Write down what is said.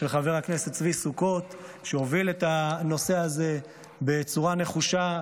של חבר הכנסת צבי סוכות שהוביל את הנושא הזה בצורה נחושה,